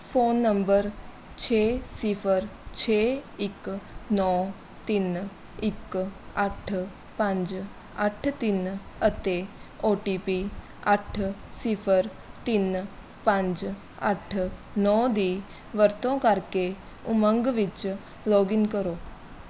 phone number ਛੇ ਸਿਫਰ ਛੇ ਇੱਕ ਨੌ ਤਿੰਨ ਇੱਕ ਅੱਠ ਪੰਜ ਅੱਠ ਤਿੰਨ ਅਤੇ ਓ ਟੀ ਪੀ ਅੱਠ ਸਿਫਰ ਤਿੰਨ ਪੰਜ ਅੱਠ ਨੌ ਦੀ ਵਰਤੋਂ ਕਰਕੇ ਉਮੰਗ ਵਿੱਚ ਲੌਗਇਨ ਕਰੋ